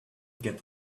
get